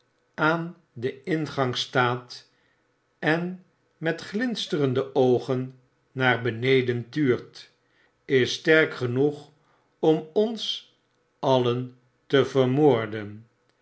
aan den ingang staat en met glinsterende oogen naar beneden tuurt is sterk genoeg om ons alien te vermoorden